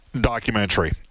documentary